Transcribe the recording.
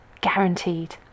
guaranteed